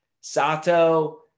Sato